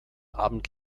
abend